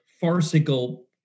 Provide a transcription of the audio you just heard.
farcical